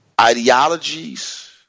Ideologies